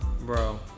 Bro